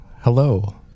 hello